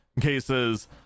cases